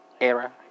ERA